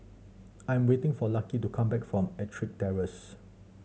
I'm waiting for Lucky to come back from Ettrick Terrace